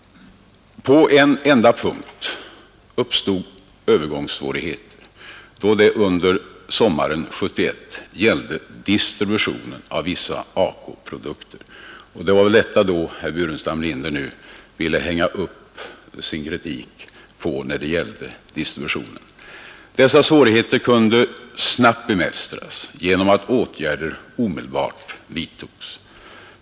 På en enda punkt uppstod övergångssvårigheter, nämligen då det gällde distributionen av vissa ACO-produkter under sommaren 1971. Det var väl på detta som herr Burenstam Linder ville hänga upp sin kritik av distributionen. Dessa svårigheter kunde dock snabbt bemästras genom att åtgärder omedelbart vidtogs.